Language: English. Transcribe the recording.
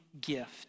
gift